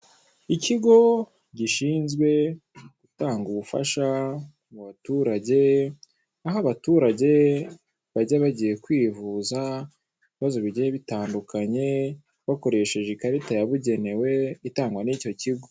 Ikigo gishinzwe gutanga ubufasha mu baturage, aho abaturage bajya bagiye kwivuza ku bibazo bigiye bitandukanye bakoresheje ikarita yabugenewe itangwa n'icyo kigo.